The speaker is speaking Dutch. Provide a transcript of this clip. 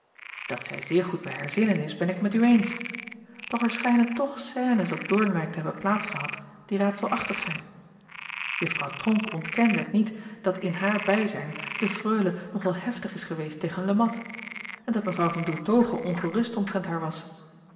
at zij zeer goed bij haar zinnen is ben ik met u eens doch er schijnen toch scènes op oornwijck te hebben plaats gehad die raadselachtig zijn uffrouw ronck ontkende niet dat in haar bijzijn de reule nog al heftig is geweest tegen e at en dat w an oertoghe ongerust omtrent haar was